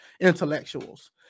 intellectuals